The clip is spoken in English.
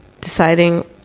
Deciding